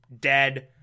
dead